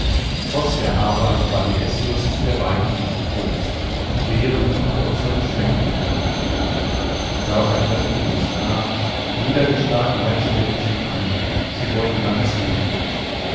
trotz der arbeit war die eßlust der beiden nicht groß beeren und wurzeln schmeckten ihnen nicht mehr die körperkräfte ließen nach niedergeschlagenheit stellte sich ein sie wurden ganz mutlos